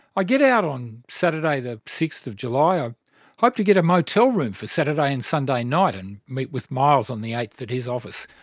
ah get out on saturday the sixth of july. i ah hope to get a motel room for saturday and sunday night and meet with miles on the eighth at his office.